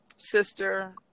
sister